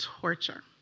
torture